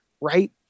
right